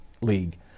League